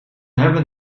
hebben